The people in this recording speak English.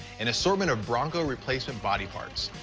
an assortment of bronco replacement body parts,